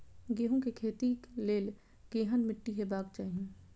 गेहूं के खेतीक लेल केहन मीट्टी हेबाक चाही?